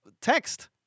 text